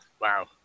Wow